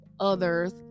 others